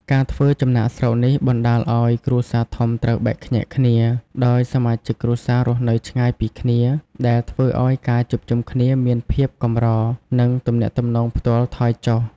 ការធ្វើចំណាកស្រុកនេះបណ្ដាលឱ្យគ្រួសារធំត្រូវបែកខ្ញែកគ្នា ដោយសមាជិកគ្រួសាររស់នៅឆ្ងាយពីគ្នា ដែលធ្វើឱ្យការជួបជុំគ្នាមានភាពកម្រ និងទំនាក់ទំនងផ្ទាល់ថយចុះ។